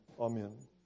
Amen